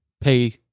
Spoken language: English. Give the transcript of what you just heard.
pay